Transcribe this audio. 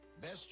Best